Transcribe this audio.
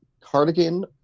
Cardigan